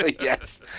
Yes